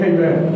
Amen